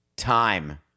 time